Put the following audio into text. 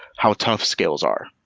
how tough scales are.